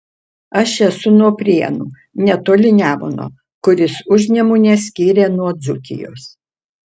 aš esu nuo prienų netoli nemuno kuris užnemunę skiria nuo dzūkijos